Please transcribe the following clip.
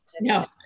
No